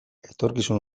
etorkizun